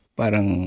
parang